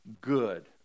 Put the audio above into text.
good